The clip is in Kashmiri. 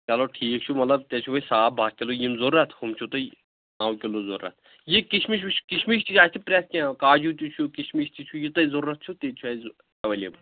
چلو ٹھیٖک چھُ مطلب تیٚلہِ چھِ وۄنۍ صاف بہہ کِلوٗ یِم ضوٚرتھ ہُم چھُو تۄہہِ نَو کِلوٗ ضوٚرتھ یہِ کِشمِش وٕچھ کِشمِش یَتھ چھِ پرٛٮ۪تھ کیٚنہہ کاجوٗ تہِ چھُ کِشمِش تہِ چھُ یہِ تۄہہِ ضوٚرتھ چھُ تہِ چھُ اٮ۪ویلیبٕل